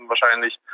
wahrscheinlich